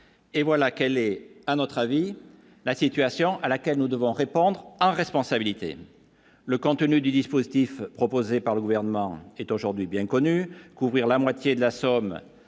et voilà qu'elle est, à notre avis, la situation à laquelle nous devons répondre à responsabilité le contenu du dispositif proposé par le gouvernement est aujourd'hui bien connue, couvrir la moitié de la somme